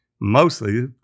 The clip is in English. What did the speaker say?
mostly